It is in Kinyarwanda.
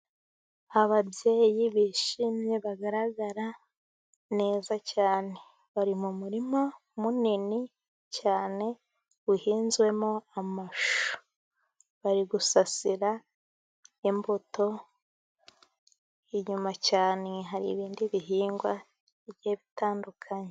Ababyeyi bishimye bagaragara neza cyane, bari mu murima munini cyane uhinzwemo amashu, bari gusasira imbuto, inyuma cyane hari ibindi bihingwa bigiye bitandukanye.